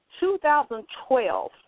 2012